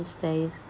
these days